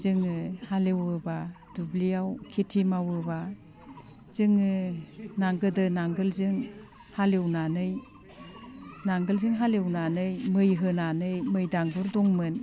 जोङो हालेवोबा दुब्लियाव खेथि मावोबा जोङो गोदो नांगोलजों हालेवनानै मै होनानै मै दांगुर दंमोन